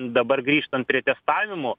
dabar grįžtant prie testavimo